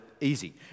easy